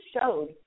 showed